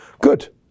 Good